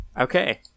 okay